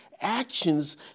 actions